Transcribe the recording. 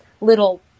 little